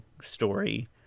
story